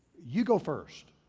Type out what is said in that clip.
you go first.